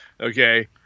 Okay